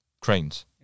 Cranes